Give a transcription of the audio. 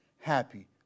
happy